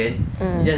mm